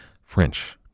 French